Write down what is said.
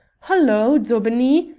halloa, daubeney!